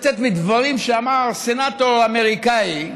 לצטט מדברים שאמר סנטור אמריקני,